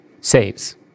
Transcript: saves